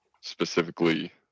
specifically